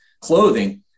clothing